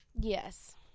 Yes